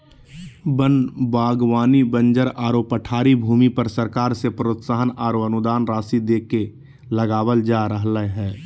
वन बागवानी बंजर आरो पठारी भूमि पर सरकार से प्रोत्साहन आरो अनुदान राशि देके लगावल जा रहल हई